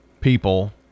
people